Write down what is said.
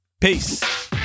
Peace